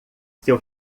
seu